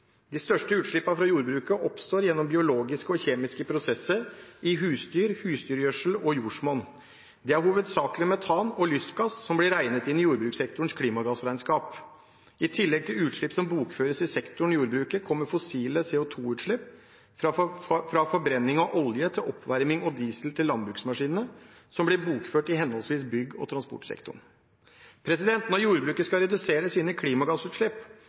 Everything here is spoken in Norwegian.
De største utslippene fra jordbruket oppstår gjennom biologiske og kjemiske prosesser i husdyr, husdyrgjødsel og jordsmonn. Det er hovedsakelig metan og lystgass som blir regnet inn i jordbrukssektorens klimagassregnskap. I tillegg til utslipp som bokføres i sektoren jordbruk, kommer fossile CO 2 -utslipp fra forbrenning av olje til oppvarming og diesel til landbruksmaskinene, som blir bokført i henholdsvis bygg- og transportsektoren. Når jordbruket skal redusere sine klimagassutslipp,